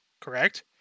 correct